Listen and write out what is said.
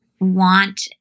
want